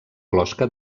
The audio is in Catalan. closca